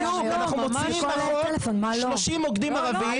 בדיוק, אנחנו מוציאים מהחוק 30 מוקדים ערביים.